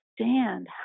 understand